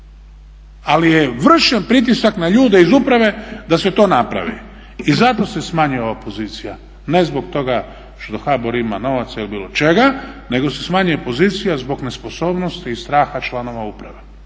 ali je vršen pritisak na ljude iz uprave da se to napravi i zato se smanjuje ova pozicija, ne zbog toga što HBOR ima novac ili bilo čega, nego se smanjuje pozicija zbog nesposobnosti i straha članova uprave.